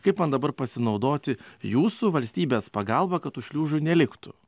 kaip man dabar pasinaudoti jūsų valstybės pagalba kad tų šliužų neliktų